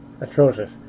Atrocious